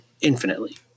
infinitely